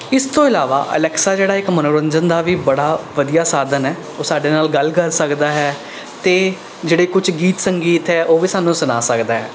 ਇਸ ਤੋਂ ਇਲਾਵਾ ਅਲੈਕਸਾ ਜਿਹੜਾ ਇੱਕ ਮੰਨੋਰੰਜਨ ਦਾ ਵੀ ਬੜਾ ਵਧੀਆ ਸਾਧਨ ਹੈ ਉਹ ਸਾਡੇ ਨਾਲ਼ ਗੱਲ ਕਰ ਸਕਦਾ ਹੈ ਅਤੇ ਜਿਹੜੇ ਕੁਛ ਗੀਤ ਸੰਗੀਤ ਹੈ ਉਹ ਵੀ ਸਾਨੂੰ ਸੁਣਾ ਸਕਦਾ ਹੈ